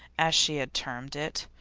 as she had termed it.